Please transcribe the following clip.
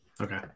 Okay